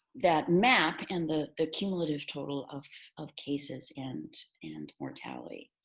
that map and the the cumulative total of of cases and and mortality.